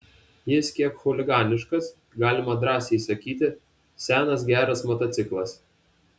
jis kiek chuliganiškas galima drąsiai sakyti senas geras motociklas